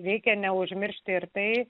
reikia neužmiršti ir tai